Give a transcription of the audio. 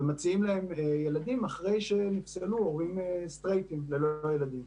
ומציעים להן ילדים אחרי שנפסלו הורים סטרייטים ללא ילדים.